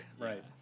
Right